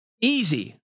easy